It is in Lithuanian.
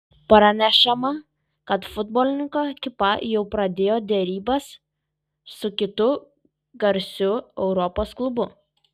pranešama kad futbolininko ekipa jau pradėjo derybas su kitu garsiu europos klubu